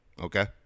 Okay